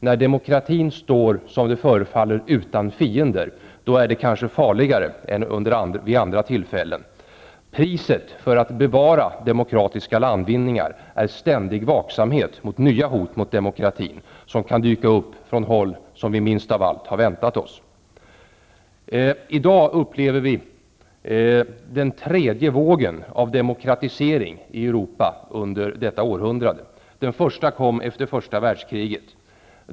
När demokratin står, som det förefaller, utan fiender är det kanske farligare än vid andra tillfällen. Priset för att bevara demokratiska landvinningar är ständig vaksamhet när det gäller nya hot mot demokratin. Dessa kan dock dyka upp från håll som vi minst av allt väntat oss att det skulle komma några hot ifrån. I dag upplever vi den tredje vågen av demokratisering i Europa under detta århundrade. Den första kom efter första världskriget.